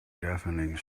deafening